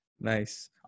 nice